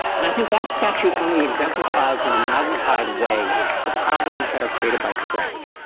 and i think that statute only exemplifies in a magnified way the problems that are created by threats.